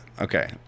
Okay